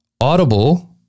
Audible